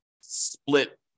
split